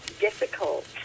difficult